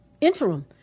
interim